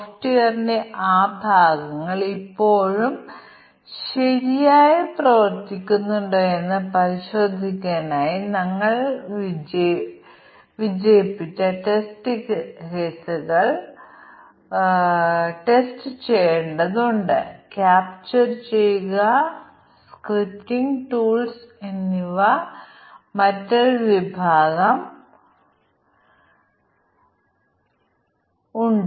ചുരുക്കത്തിൽ പറയാൻ കാരണ ഫല ഗ്രാഫ് ഇത് യഥാർത്ഥത്തിൽ ഒരു തീരുമാന പട്ടിക പരിശോധനയാണ് എന്നാൽ അതിന് ഒരു പ്രത്യേക പ്രശ്നത്തിലൂടെ വായിക്കുന്നതിലൂടെ നമുക്ക് നിർദ്ദിഷ്ട നൊട്ടേഷനുകൾ ഉണ്ട് തുടർന്ന് നമുക്ക് ഒരു കാരണ ഫല ഗ്രാഫിന്റെ രൂപത്തിൽ പ്രതിനിധീകരിക്കാം കൂടാതെ തീരുമാന പട്ടികയിൽ വരാൻ ഞങ്ങൾക്ക് നേരായ ശരാശരി രീതി ഉണ്ട്